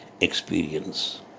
experience